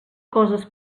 coses